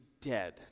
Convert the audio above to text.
dead